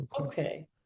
okay